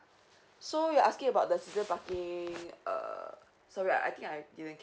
so you're asking about the resident parking uh sorry I think I